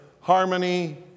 harmony